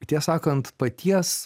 tiesą sakant paties